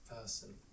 person